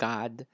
God